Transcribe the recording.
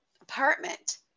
apartment